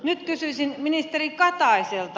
nyt kysyisin ministeri kataiselta